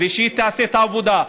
ושהיא תעשה את העבודה.